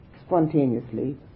spontaneously